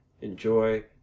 enjoy